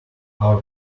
our